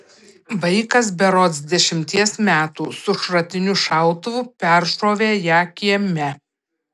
vaikas berods dešimties metų su šratiniu šautuvu peršovė ją kieme